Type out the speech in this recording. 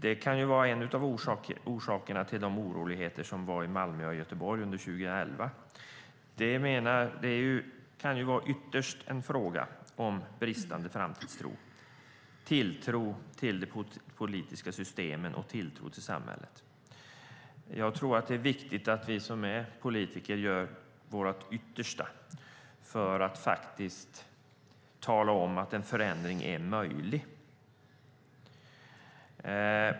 Det kan vara en av orsakerna till oroligheterna i Malmö och Göteborg under 2011. Ytterst kan det vara en fråga om bristande framtidstro och om tilltron till de politiska systemen och till samhället. Det är viktigt att vi politiker gör vårt yttersta för att tala om att en förändring är möjlig.